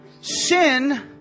Sin